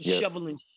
shoveling